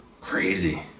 Crazy